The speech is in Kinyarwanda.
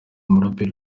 umuraperi